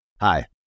Hi